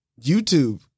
YouTube